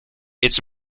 its